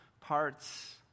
parts